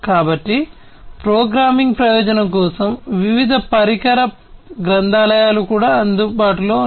కాబట్టి ప్రోగ్రామింగ్ ప్రయోజనం కోసం వివిధ పరికర గ్రంథాలయాలు కూడా అందుబాటులో ఉన్నాయి